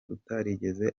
utarigeze